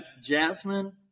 Jasmine